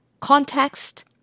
context